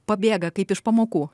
pabėga kaip iš pamokų